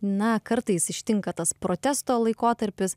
na kartais ištinka tas protesto laikotarpis